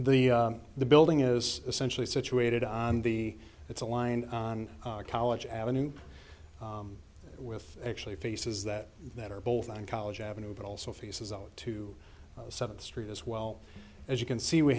the the building is essentially situated on the it's a line on college avenue with actually faces that that are both on college avenue but also faces up to seventh street as well as you can see we